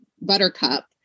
Buttercup